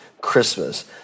Christmas